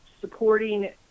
supporting